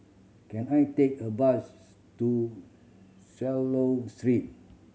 can I take a bus to Swallow Street